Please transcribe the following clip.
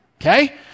okay